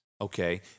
okay